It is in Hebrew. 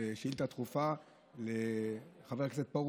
השאילתה הדחופה לחבר הכנסת פרוש,